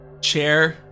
Chair